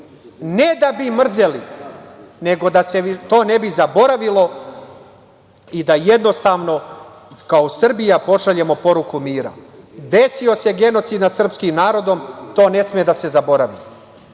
ne da bi mrzeli, nego da se to ne bi zaboravilo, i da jednostavno kao Srbija pošaljemo poruku mira. Desio se genocid nad srpskim narodom, to ne sme da se zaboravi. Moramo